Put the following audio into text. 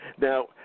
Now